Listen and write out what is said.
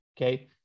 okay